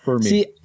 See